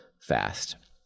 fast